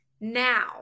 now